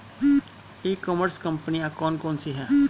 ई commerce कंपनियाँ कौन कौन सी हैं?